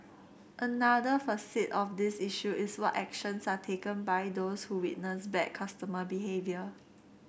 another facet of this issue is what actions are taken by those who witness bad customer behaviour